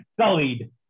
sullied